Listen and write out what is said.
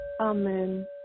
Amen